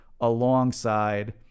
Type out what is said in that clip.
alongside